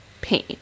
pain